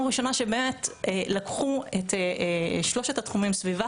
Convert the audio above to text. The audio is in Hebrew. הראשונה שלקחו את שלושת התחומים: סביבה,